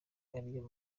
ariyo